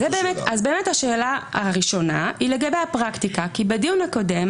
השאלה הראשונה היא לגבי הפרקטיקה, כי בדיון הקודם